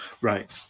Right